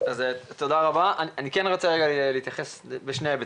אני רוצה להתייחס לזה משני היבטים: